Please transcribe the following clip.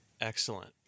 Excellent